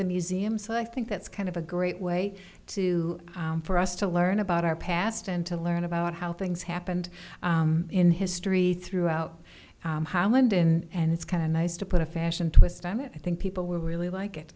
the museum so i think that's kind of a great way to for us to learn about our past and to learn about how things happened in history throughout holland and it's kind of nice to put a fashion twist on it i think people will really like it